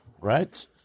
right